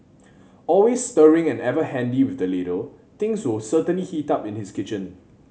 always stirring and ever handy with the ladle things will certainly heat up in his kitchen